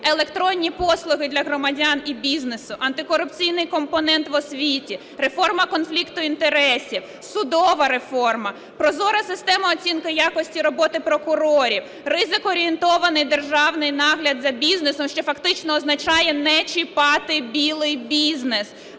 електронні послуги для громадян і бізнесу, антикорупційний компонент в освіті, реформа конфлікту інтересів, судова реформа, прозора система оцінки якості роботи прокурорів, ризикоорієнтований державний нагляд за бізнесом, що фактично означає не чіпати "білий" бізнес.